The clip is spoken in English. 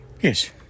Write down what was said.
Yes